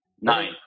Nine